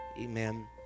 amen